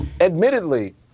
admittedly